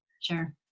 Sure